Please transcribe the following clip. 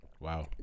Wow